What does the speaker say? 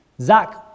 Zach